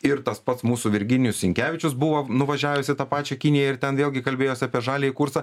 ir tas pats mūsų virginijus sinkevičius buvo nuvažiavęs į tą pačią kiniją ir ten vėlgi kalbėjosi apie žaliąjį kursą